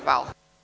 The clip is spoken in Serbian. Hvala.